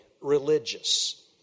religious